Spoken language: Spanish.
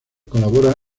colabora